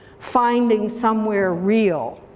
finding somewhere real.